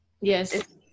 Yes